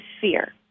fear